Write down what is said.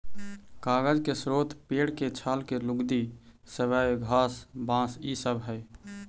कागज के स्रोत पेड़ के छाल के लुगदी, सबई घास, बाँस इ सब हई